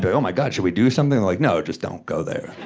but oh my god, should we do something? like, no, just don't go there.